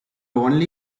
only